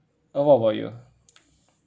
uh what about you